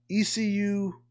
ECU